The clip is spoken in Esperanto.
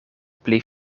pli